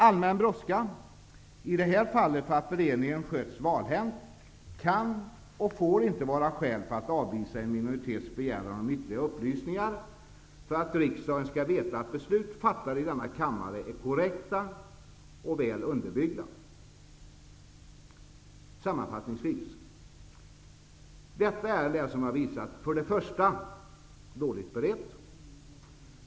Allmän brådska -- i det här fallet för att beredningen skötts valhänt -- kan inte och får inte vara skäl för att avvisa en minoritets begäran om ytterligare upplysningar för att riksdagen skall veta att beslut fattade i denna kammare är korrekta och väl underbyggda. Sammanfattningsvis: Som jag visat är detta ärende för det första dåligt berett.